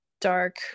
dark